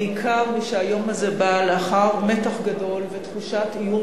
בעיקר כשהיום הזה בא לאחר מתח גדול ותחושת איום